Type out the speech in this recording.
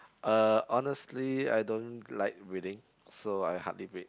uh honestly I don't like reading so I hardly read